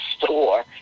store